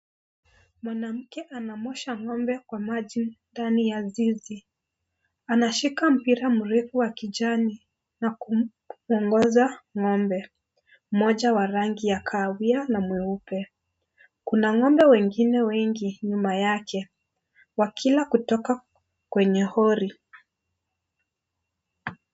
Mwanamke amauosha ngombe kwa maji ndani ya zizi. Anashika mpira mrefu wa kijani na kumuongoza ng'ombe mmoja wa rangi ya kahawia na mweupe. Kuna ng'ombe wengine wengi nyuma yake wakila kutoka kwenye hori.